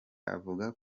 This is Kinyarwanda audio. avuga